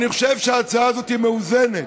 אני חושב שההצעה הזאת מאוזנת.